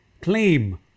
claim